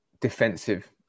defensive